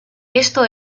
esto